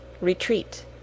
retreat